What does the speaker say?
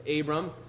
Abram